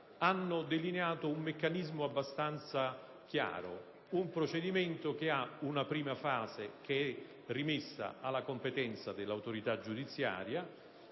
hanno delineato un meccanismo abbastanza chiaro. Il procedimento comprende una prima fase rimessa alla competenza dell'autorità giudiziaria,